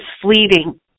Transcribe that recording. fleeting